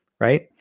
right